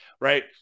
right